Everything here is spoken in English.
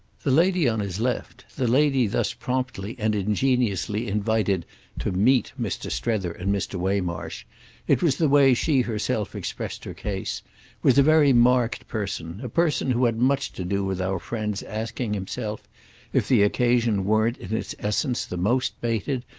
the lady on his left, the lady thus promptly and ingeniously invited to meet mr. strether and mr. waymarsh it was the way she herself expressed her case was a very marked person, a person who had much to do with our friend's asking himself if the occasion weren't in its essence the most baited,